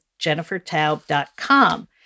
jennifertaub.com